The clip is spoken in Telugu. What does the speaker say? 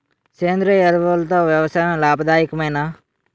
సేంద్రీయ ఎరువులతో వ్యవసాయం లాభదాయకమేనా?